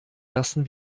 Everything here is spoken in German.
lassen